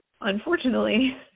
Unfortunately